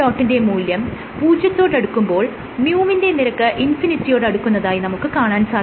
ന്റെ മൂല്യം പൂജ്യത്തോടടുക്കുമ്പോൾ µ വിന്റെ നിരക്ക് ഇൻഫിനിറ്റിയോട് അടുക്കുന്നുതായി നമുക്ക് കാണാൻ സാധിക്കും